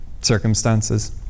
circumstances